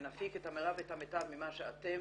ונפיק את המירב ואת המיטב ממה שאתם